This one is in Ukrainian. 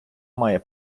має